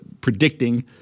predicting